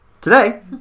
today